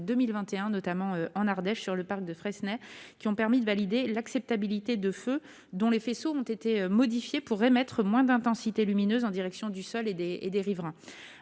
notamment en Ardèche sur le parc de Freycinet, qui ont permis de valider l'acceptabilité de feu dont les faisceaux ont été modifiés pour émettre moins d'intensité lumineuse en direction du sol et des des riverains